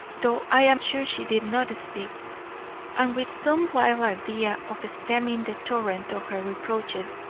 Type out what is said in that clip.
though i am sure she did not speak and with some wild idea of stemming the torrent of her reproaches,